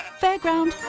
fairground